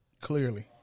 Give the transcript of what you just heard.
Clearly